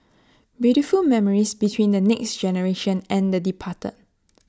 beautiful memories between the next generation and the departed